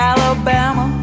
Alabama